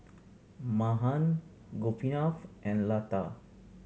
Mahan Gopinath and Lata